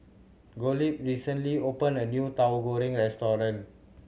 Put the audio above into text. Gottlieb recently opened a new Tahu Goreng restaurant